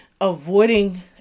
avoiding